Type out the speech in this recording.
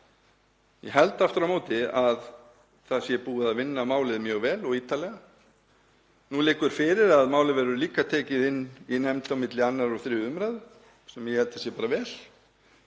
Ég held aftur á móti að búið sé að vinna málið mjög vel og ítarlega. Nú liggur fyrir að málið verður líka tekið inn í nefnd á milli 2. og 3. umr. sem ég held að sé vel.